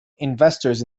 investors